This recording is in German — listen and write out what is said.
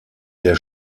der